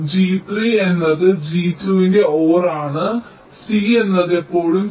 G3 G3 എന്നത് G2 ന്റെ OR ആണ് c എന്നത് എപ്പോഴും 0